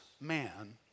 man